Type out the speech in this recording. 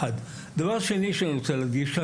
הדבר השני שאני רוצה להגיד,